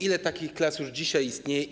Ile takich klas już dzisiaj istnieje?